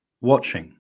watching